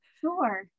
Sure